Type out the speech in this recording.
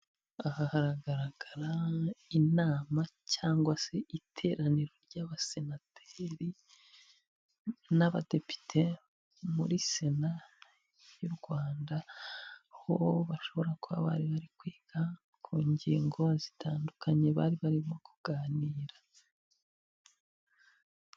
Aha haragaragara inama cyangwa se iteraniro ry'abasenateri n'abadepite muri sena y'u Rwanda. Aho bashobora kuba bari bari kwiga ku ngingo zitandukanye bari barimo kuganira.